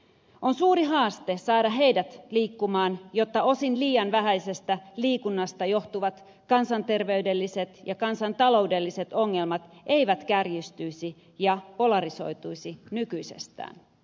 on suuri haaste saada heidät liikkumaan jotta osin liian vähäisestä liikunnasta johtuvat kansanterveydelliset ja kansantaloudelliset ongelmat eivät kärjistyisi ja polarisoituisi nykyisestään